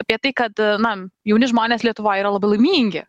apie tai kad na jauni žmonės lietuvoj yra labai laimingi